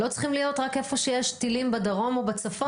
לא צריכים להיות רק איפה שיש טילים בדרום ובצפון.